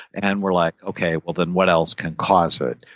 and we're like, okay, well then what else can cause it?